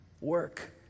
Work